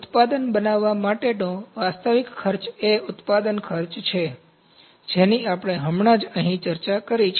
ઉત્પાદન બનાવવા માટેનો વાસ્તવિક ખર્ચ એ ઉત્પાદન ખર્ચ છે જેની આપણે હમણાં જ અહીં ચર્ચા કરી છે